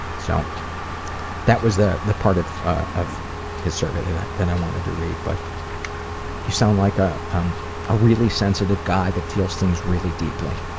so that was the the part of ah of his survey that i that i wanted to read. but you sound like a um ah really sensitive guy that feels things really deeply.